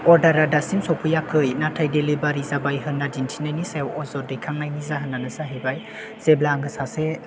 अर्डारआ दासिम सौफैयाखै नाथाय डिलिबारि जाबाय होनना दिन्थिनायनि सायाव अजद दैखांनायनि जाहोनानो जाहैबाय जेब्ला आङो सासे